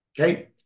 okay